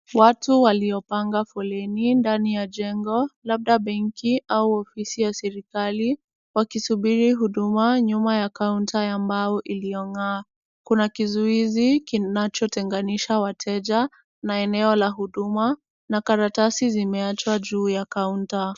Watu waliopanga foleni ndani ya jengo, labda benki au ofisi ya serikali, wakisubiri huduma nyuma ya kaunta ya mbao iliyong'aa. Kuna kizuizi kinachotenganisha wateja na eneo la huduma na karatasi zimeachwa juu ya kaunta.